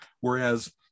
Whereas